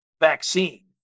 vaccine